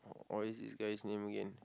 what is this guy's name again